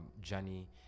journey